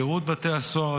שירות בתי הסוהר,